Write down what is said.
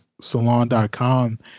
salon.com